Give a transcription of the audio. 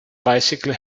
bicycle